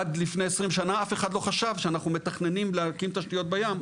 עד לפני 20 שנה אף אחד לא חשב שאנחנו מתכננים להקים תשתיות בים,